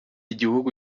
igihugu